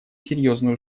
серьезную